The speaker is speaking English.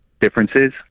differences